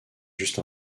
juste